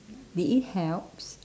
did it helps